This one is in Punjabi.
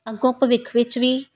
ਅੱਗੋਂ ਭਵਿੱਖ ਵਿੱਚ ਵੀ